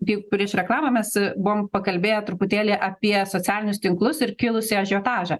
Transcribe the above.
jeigu prieš reklamą mes e buvom pakalbėję truputėlį apie socialinius tinklus ir kilusį ažiotažą